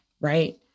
right